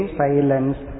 silence